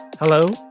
Hello